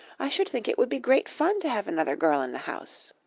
i should think it would be great fun to have another girl in the house.